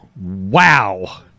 Wow